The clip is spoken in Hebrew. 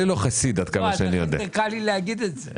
לכן קל לי להגיד את זה.